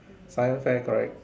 sign sign correct